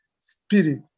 spirit